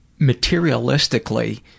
materialistically –